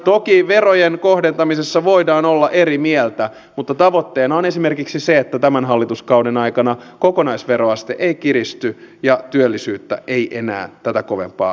toki verojen kohdentamisesta voidaan olla eri mieltä mutta tavoitteena on esimerkiksi se että tämän hallituskauden aikana kokonaisveroaste ei kiristy ja työllisyyttä ei enää tätä kovempaa veroteta